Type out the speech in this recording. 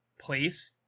place